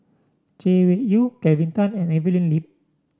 Chay Weng Yew Kelvin Tan and Evelyn Lip